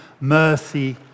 mercy